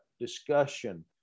discussion